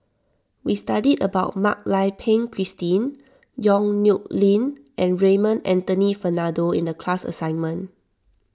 we studied about Mak Lai Peng Christine Yong Nyuk Lin and Raymond Anthony Fernando in the class assignment